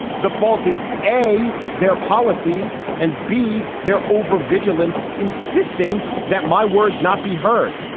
the fault is a their policies and b their over vigilance insisting that my words not be heard.